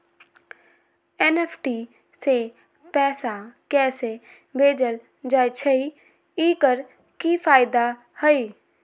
NEFT से पैसा कैसे भेजल जाइछइ? एकर की फायदा हई?